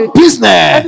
business